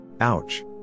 Ouch